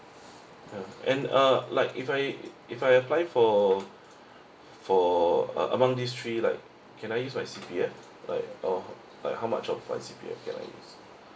ya and uh like if I if I apply for for uh among this three like can I use my C_P_F like or like how much of my C_P_F can I use